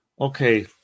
Okay